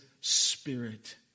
spirit